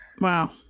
wow